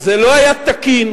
זה לא היה תקין.